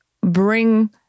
bring